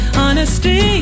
honesty